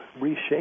reshape